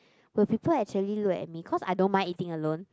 will people actually look at me cause I don't mind eating alone